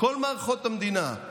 כל מערכות המדינה.